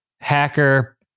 hacker